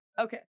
Okay